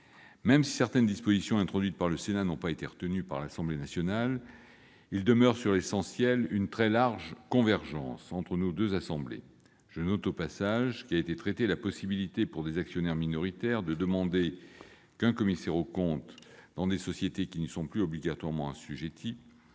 Même si certaines dispositions introduites par le Sénat n'ont pas été retenues par l'Assemblée nationale, il demeure sur l'essentiel une très large convergence entre nos deux assemblées. Je note au passage qu'a été traitée la possibilité pour des actionnaires minoritaires de demander la désignation d'un commissaire aux comptes dans des sociétés qui n'y sont plus obligatoirement assujetties.